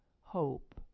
hope